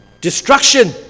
destruction